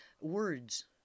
Words